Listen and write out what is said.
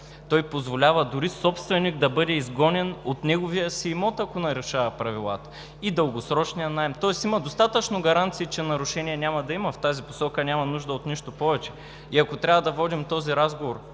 Той позволява дори собственикът да бъде изгонен от неговия си имот, ако нарушава правилата – и дългосрочният наем, тоест има достатъчно гаранции, че нарушения няма да има и в тази посока няма нужда от нищо повече. Ако трябва да водим този разговор